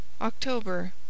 October